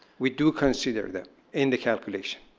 we do consider that in the calculation.